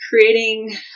creating